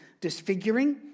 Disfiguring